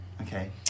okay